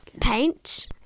paint